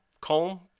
comb